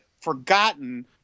forgotten